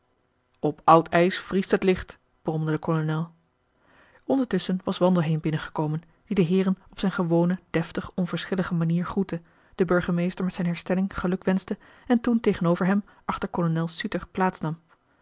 op oud ijs vriest het licht bromde de kolonel ondertusschen was wandelheem binnengekomen die de heeren op zijn gewone deftig onverschillige manier groette den burgemeester met zijn herstelling geluk wenschte en toen tegenover hem achter kolonel suter plaatsnam